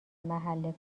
محل